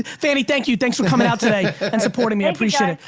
fanny, thank you. thanks for coming out today and supporting me. i appreciate it.